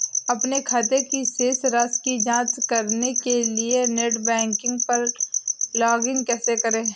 अपने खाते की शेष राशि की जांच करने के लिए नेट बैंकिंग पर लॉगइन कैसे करें?